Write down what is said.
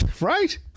right